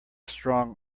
strong